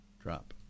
Drop